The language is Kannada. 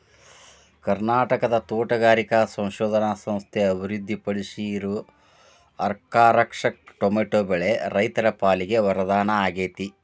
ಕರ್ನಾಟಕದ ತೋಟಗಾರಿಕಾ ಸಂಶೋಧನಾ ಸಂಸ್ಥೆ ಅಭಿವೃದ್ಧಿಪಡಿಸಿರೋ ಅರ್ಕಾರಕ್ಷಕ್ ಟೊಮೆಟೊ ಬೆಳೆ ರೈತರ ಪಾಲಿಗೆ ವರದಾನ ಆಗೇತಿ